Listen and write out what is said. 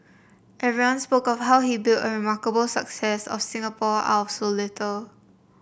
everyone spoke of how he built a remarkable success of Singapore out of so little